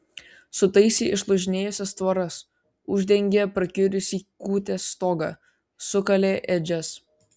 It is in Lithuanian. sutaisė išlūžinėjusias tvoras uždengė prakiurusį kūtės stogą sukalė ėdžias